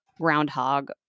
groundhog